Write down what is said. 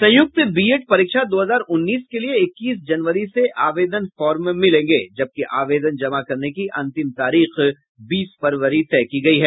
संयुक्त बीएड परीक्षा दो हजार उन्नीस के लिए इक्कीस जनवरी से आवेदन फार्म मिलेंगे जबकि आवेदन जमा करने की अंतिम तारीख बीस फरवरी तय की गयी है